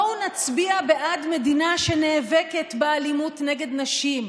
בואו נצביע בעד מדינה שנאבקת באלימות נגד נשים,